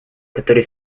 которые